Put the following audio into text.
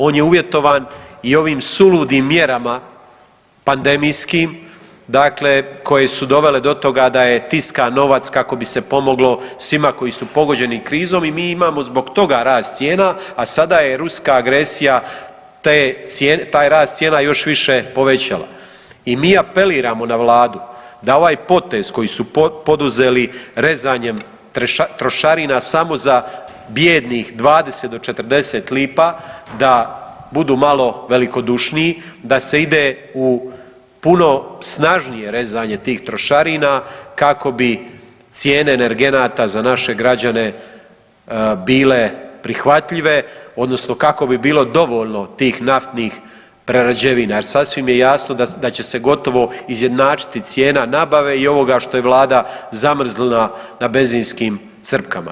On je uvjetovan i ovim suludim mjerama pandemijskim, dakle koje su dovele do toga da je tiskan novac kako bi se pomoglo svima koji su pogođeni krizom i mi imamo zbog toga rast cijena, a sada je ruska agresija te .../nerazumljivo/... taj rast cijena još više povećala i mi apeliramo na Vladu da ovaj potez koji su poduzeli rezanjem trošarina samo za bijednih 20 do 40 lipa, da budu malo velikodušniji, da se ide u puno snažnije rezanje tih trošarina kako bi cijene energenata za naše građane bile prihvatljive, odnosno kako bi bilo dovoljno tih naftnih prerađevina jer, sasvim je jasno da će se gotovo izjednačiti cijena nabave i ovoga što je Vlada zamrznula na benzinskim crpkama.